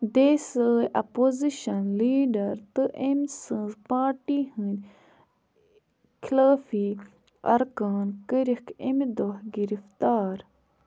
دیسہٕ opposition leader تہٕ أمۍ سٕنٛز پارٹی ہُنٛد خِلٲفی اَرکان کٔرِکھ اَمہِ دوہ گرفتار